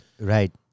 Right